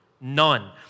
none